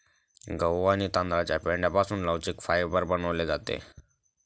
गहू आणि तांदळाच्या पेंढ्यापासून लवचिक फायबर बनवले जाते